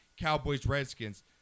Cowboys-Redskins